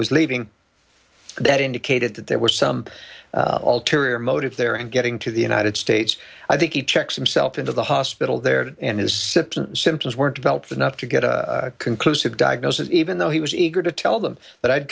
was leaving that indicated that there was some all teary or motive there and getting to the united states i think he checked himself into the hospital there and his symptoms symptoms were developed enough to get a conclusive diagnosis even though he was eager to tell them that i'd